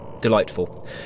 Delightful